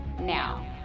now